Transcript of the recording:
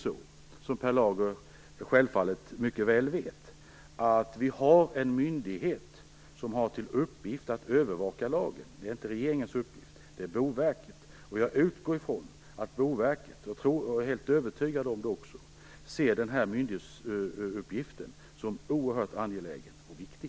Som Per Lager självfallet mycket väl vet finns det en myndighet som har till uppgift att övervaka lagen. Det är inte regeringens uppgift utan det är Boverkets uppgift. Jag utgår ifrån och är helt övertygad om att Boverket ser denna myndighetsuppgift som oerhört angelägen och viktig.